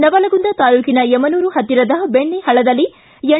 ನವಲಗುಂದ ತಾಲೂಕಿನ ಯಮನೂರ ಪತ್ತಿರದ ಬೆಣ್ಣಿ ಪಳ್ಳದಲ್ಲಿ ಎನ್